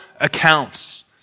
accounts